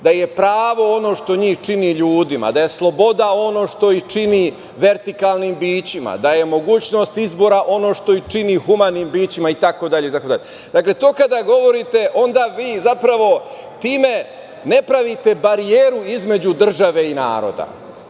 da je pravo ono što njih čini ljudima, da je sloboda ono što ih čini vertikalnim bićima, da je mogućnost izbora ono što ih čini humanim bićima itd, to kada govorite, onda vi zapravo time ne pravite barijeru između države i naroda. Znate,